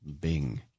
Bing